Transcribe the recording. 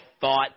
thought –